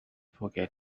forget